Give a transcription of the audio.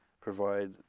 provide